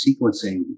sequencing